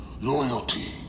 loyalty